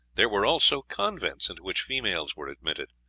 there were also convents into which females were admitted.